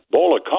Bola